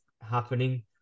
happening